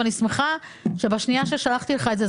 ואני שמחה שבשנייה ששלחתי לך את זה,